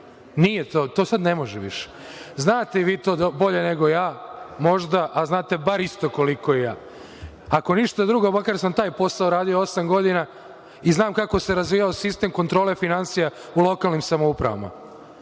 i sad.)To sada ne može više, znate vi to bolje nego ja, možda, a znate bar isto koliko i ja. Ako ništa drugo makar sam taj posao radio osam godina, i znam kako se razvijao sistem kontrole finansija u lokalnim samoupravama.